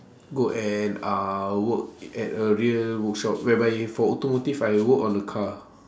go and uh work at a real workshop whereby for automotive I work on the car